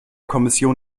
kommission